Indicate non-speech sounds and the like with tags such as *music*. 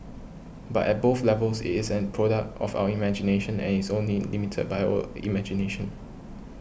but at both levels it is a product of our imagination and it is only limited by *unintelligible* imagination